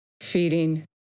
feeding